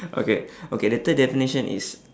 okay okay the third definition is